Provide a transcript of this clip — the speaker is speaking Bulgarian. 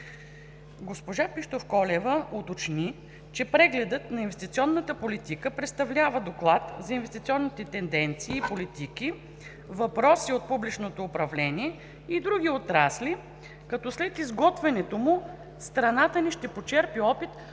Госпожа Пищовколева уточни, че прегледът на инвестиционната политика, представлява доклад за инвестиционните тенденции и политики, въпроси от публичното управление и други отрасли, като след изготвянето му страната ни ще почерпи опит